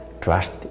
trust